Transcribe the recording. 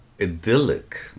idyllic